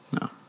No